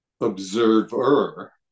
observer